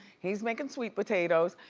he's makin' sweet potatoes.